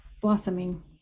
blossoming